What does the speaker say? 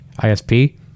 ISP